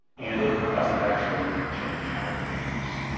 and it doesn't actually change how the gun works.